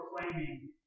proclaiming